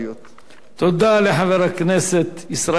תודה לחבר הכנסת ישראל חסון.